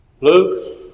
Luke